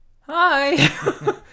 hi